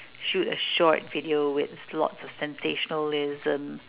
shoot a short video with lots of sensationalism